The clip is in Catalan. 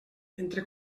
entre